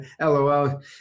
LOL